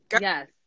yes